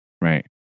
right